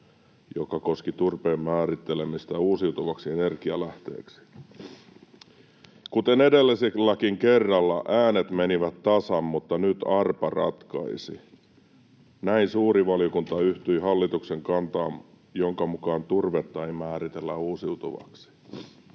joka koski turpeen määrittelemistä uusiutuvaksi energialähteeksi. Kuten edelliselläkin kerralla, äänet menivät tasan, mutta nyt arpa ratkaisi. Näin suuri valiokunta yhtyi hallituksen kantaan, jonka mukaan turvetta ei määritellä uusiutuvaksi.”